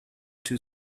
too